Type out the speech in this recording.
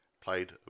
played